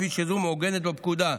כפי שזו מעוגנת בפקודה.